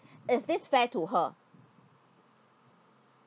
is this fair to her